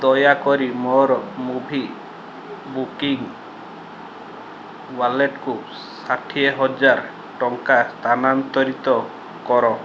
ଦୟାକରି ମୋର movie booking ୱାଲେଟ୍କୁ ଷାଠିଏ ହଜାର ଟଙ୍କା ସ୍ଥାନାନ୍ତରିତ କର